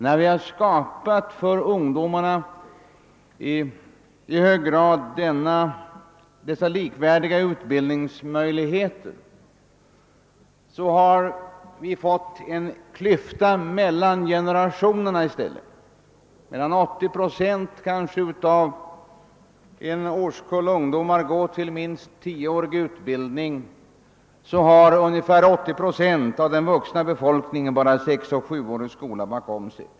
När vi för ungdomarna har skapat likvärdiga utbildningsmöjligheter, har vi fått en klyfta mellan generationerna i stället. Medan kanske 80 procent av en årskull ungdomar får minst tioårig utbildning, har ungefär 80 procent av den vuxna befolkningen bara sexeller sjuårig skola bakom sig.